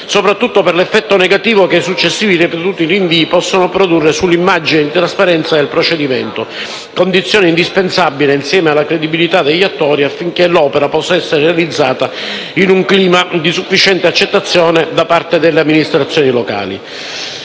soprattutto per l'effetto negativo che i successivi, ripetuti rinvii possono produrre sull'immagine di trasparenza del procedimento, condizione indispensabile, insieme alla credibilità degli attori, affinché l'opera possa essere realizzata in un clima di sufficiente accettazione da parte delle amministrazioni locali.